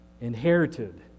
inherited